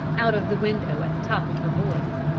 out of the window at the top of her voice.